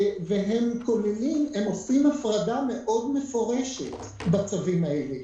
הם עושים הפרדה מאוד מפורשת בצווים האלה,